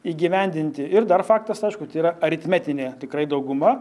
įgyvendinti ir dar faktas aišku tai yra aritmetinė tikrai dauguma